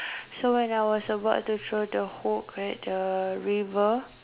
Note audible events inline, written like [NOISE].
[BREATH] so when I was about to throw the hook at the river